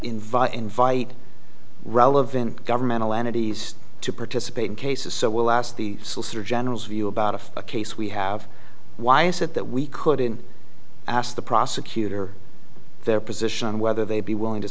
invite invite relevant governmental entities to participate in cases so we'll ask the solicitor general's view about a case we have why is it that we couldn't asked the prosecutor their position on whether they'd be willing to